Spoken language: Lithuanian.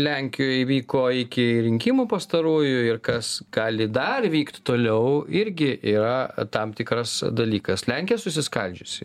lenkijoj įvyko iki rinkimų pastarųjų ir kas gali dar vykt toliau irgi yra tam tikras dalykas lenkija susiskaldžiusi